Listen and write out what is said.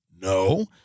No